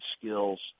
skills